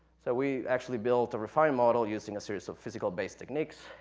so we actually built a refined model using a series of physical base techniques,